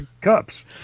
cups